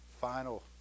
final